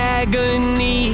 agony